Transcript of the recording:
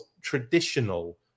traditional